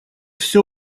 всё